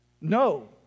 no